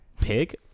pig